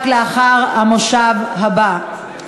רק במושב הבא.